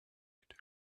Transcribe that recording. hugues